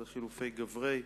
אלה חילופי גברי.